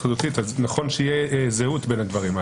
נכון שתהיה זהות בין הדברים האלה.